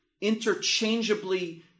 interchangeably